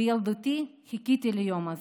בילדותי חיכיתי ליום הזה.